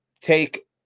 take